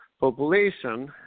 population